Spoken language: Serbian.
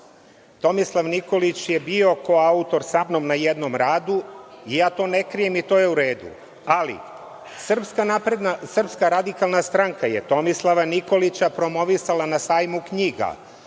Tomislav Nikolić je bio koautor sa mnom na jednom radu i ja to ne krijem i to je u redu. Ali, SRS je Tomislava Nikolića promovisala na sajmu knjiga.